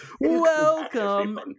Welcome